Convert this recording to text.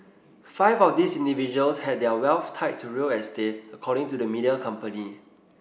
five of these individuals had their wealth tied to real estate according to the media company